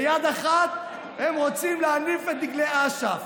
ביד אחת הם רוצים להניף את דגלי אש"ף,